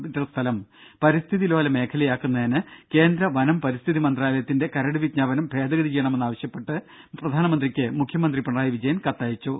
metre സ്ഥലം പരിസ്ഥിതി ലോല മേഖലയാക്കുന്നതിന് കേന്ദ്ര വനം പരിസ്ഥിതി മന്ത്രാലയത്തിന്റെ കരട് വിജ്ഞാപനം ഭേദഗതി ചെയ്യണമെന്നാവശ്യപ്പെട്ട് പ്രധാനമന്ത്രിക്ക് മുഖ്യമന്ത്രി പിണറായി വിജയൻ കത്തയച്ചു